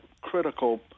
critical